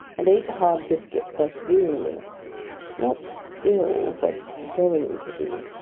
and ate hard biscuit perseveringly not ill, but going to be.